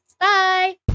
Bye